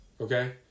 okay